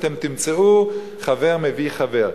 אתם תמצאו "חבר מביא חבר".